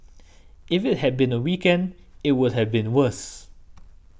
if it had been a weekend it would have been worse